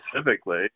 specifically